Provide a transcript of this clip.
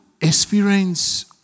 experience